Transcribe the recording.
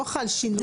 לא חל שינוי.